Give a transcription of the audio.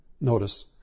Notice